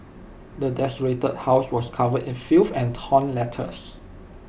the desolated house was covered in filth and torn letters